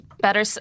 better